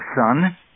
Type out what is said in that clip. son